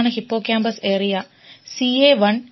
ഇതാണ് hippocampus area CA1